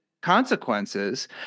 consequences